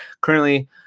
currently